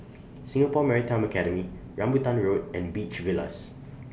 Singapore Maritime Academy Rambutan Road and Beach Villas